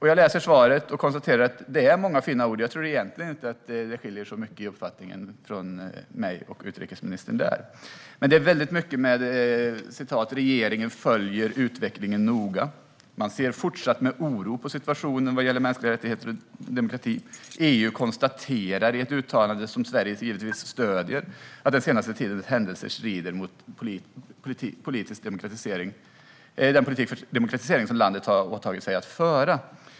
I interpellationssvaret är det många fina ord. Jag tror egentligen inte att det skiljer så mycket i uppfattning mellan mig och utrikesministern. Men det är väldigt mycket i stil med: "Regeringen följer noga utvecklingen i Vitryssland och ser fortsatt med oro på situationen vad gäller demokrati och mänskliga rättigheter. - EU har konstaterat i ett uttalande, som Sverige givetvis stöder, att den senaste tidens händelser strider mot den politik för demokratisering som Vitryssland har åtagit sig att föra."